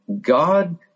God